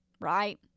right